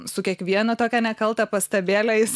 su kiekviena tokia nekalta pastabėle jis